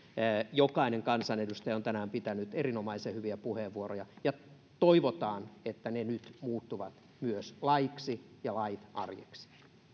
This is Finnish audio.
jokainen kansanedustaja on tänään pitänyt erinomaisen hyviä puheenvuoroja ja toivotaan että ne nyt muuttuvat myös laiksi ja lait arjeksi